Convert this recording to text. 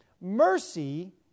mercy